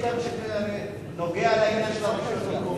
בעיקר כשזה נוגע בעניין הרשויות המקומיות.